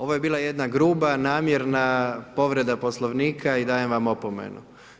Ovo je bila jedna gruba, namjerna povreda Poslovnika i dajem vam opomenu.